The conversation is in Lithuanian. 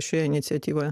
šioje iniciatyvoje